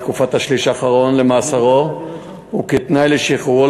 בתקופת השליש האחרון למאסרו וכתנאי לשחרורו,